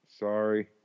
Sorry